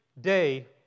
day